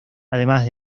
además